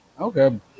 Okay